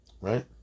right